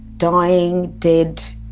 dying, dead.